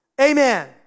Amen